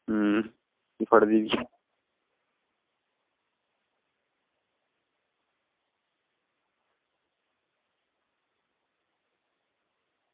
ते भी फटदी बी ऐ